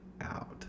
out